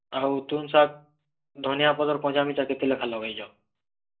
ଆଉ ତୁନ୍ ଶାଗ୍ ଧନିଆ ପତର୍ କଞ୍ଚା ମିର୍ଚା କେତେ ଲେଖା ଲଗାଇଛ